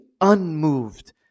unmoved